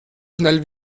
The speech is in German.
schnell